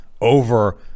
over